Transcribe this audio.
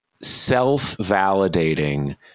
self-validating